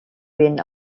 been